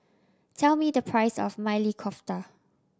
tell me the price of Maili Kofta